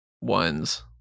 ones